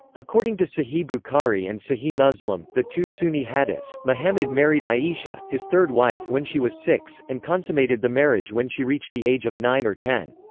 according to sahih bukhari bukhari and sahih muslim, the two sunni hadiths, muhammed married aisha, his third wife when she was six, and consummated the marriage when she reached the age of nine or ten.